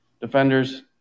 Defenders